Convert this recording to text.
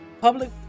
Public